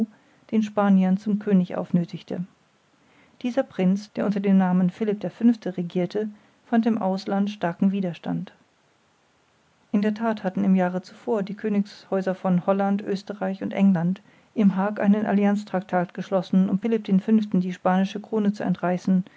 den spaniern zum könig aufnöthigte dieser prinz der unter dem namen philipp v regierte fand im ausland starken widerstand in der that hatten im jahre zuvor die königshäuser von holland oesterreich und england im haag einen allianztractat geschlossen um philipp v die spanische krone zu entreißen